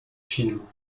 films